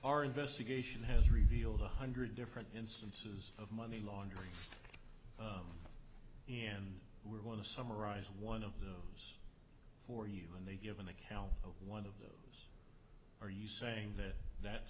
our investigation has revealed one hundred different instances of money laundering and we're going to summarize one of the for you and they give an account of one of those are you saying that that